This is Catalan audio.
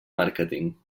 màrqueting